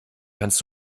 kannst